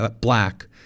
black